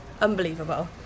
unbelievable